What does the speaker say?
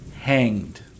hanged